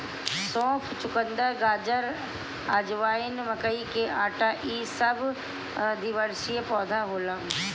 सौंफ, चुकंदर, गाजर, अजवाइन, मकई के आटा इ सब द्विवर्षी पौधा होला